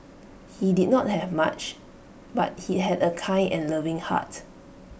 he did not have much but he had A kind and loving heart